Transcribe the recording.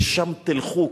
לשם תלכו.